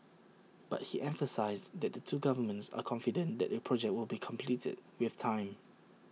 but he emphasised that the two governments are confident that the project will be completed with time